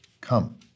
Come